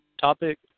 topic